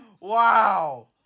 Wow